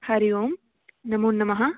हरिः ओं नमोन्नमः